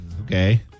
Okay